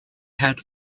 had